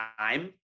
time